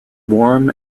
warm